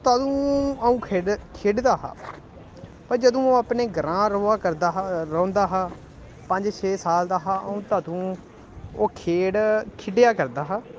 तदूं अ'ऊं खेढ खेढदा हा भाई जदूं अ'ऊं अपने ग्रां र'वा करदा हा रौंह्दा हा पंज छे साल दा हा अ'ऊं तदूं ओह् खेढ खेढेआ करदा हा